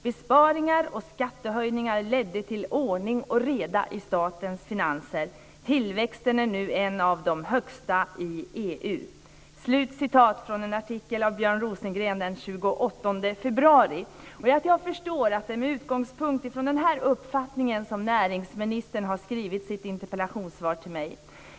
Besparingar och skattehöjningar ledde till ordning och reda i statens finanser. Tillväxten är nu en av de högsta i EU." Detta framhölls i en artikel av Björn Rosengren den 28 februari. Jag förstår att det är med utgångspunkt i den här uppfattningen som näringsministern har skrivit sitt interpellationssvar till mig.